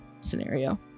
scenario